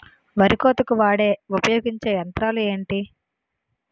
వరి కోతకు వాడే ఉపయోగించే యంత్రాలు ఏంటి?